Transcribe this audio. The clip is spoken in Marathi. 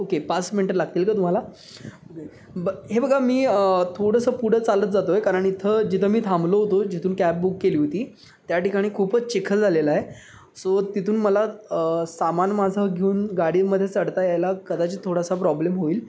ओके पाच मिनटं लागतील का तुम्हाला ब हे बघा मी थोडंसं पुढं चालत जातो आहे कारण इथं जिथं मी थांबलो होतो जिथून कॅब बुक केली होती त्या ठिकाणी खूपच चिखल झालेला आहे सो तिथून मला सामान माझं घेऊन गाडीमधे चढता यायला कदाचित थोडासा प्रॉब्लेम होईल